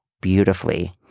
beautifully